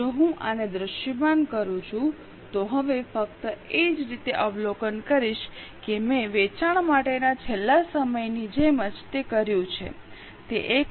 જો હું આને દૃશ્યમાન કરું છું તો હવે ફક્ત તે જ રીતે અવલોકન કરીશ કે મેં વેચાણ માટેના છેલ્લા સમયની જેમ જ તે કર્યું છે તે 1